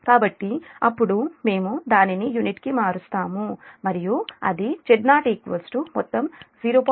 కాబట్టి అప్పుడు మేము దానిని యూనిట్కు మారుస్తాము మరియు అది Z0 మొత్తం 0